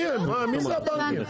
הנה, מי זה הבנקים?